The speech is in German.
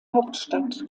hauptstadt